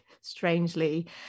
strangely